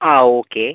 ആ ഓക്കെ